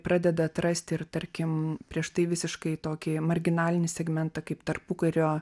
pradeda atrasti ir tarkim prieš tai visiškai tokį marginalinį segmentą kaip tarpukario